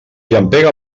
llampega